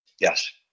Yes